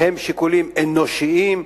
והם שיקולים אנושיים,